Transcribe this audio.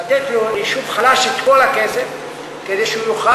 לתת ליישוב חלש את כל הכסף כדי שהוא יוכל,